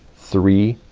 three,